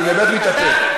אני באמת מתאפק.